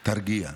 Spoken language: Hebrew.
תרגיע,